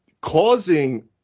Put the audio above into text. causing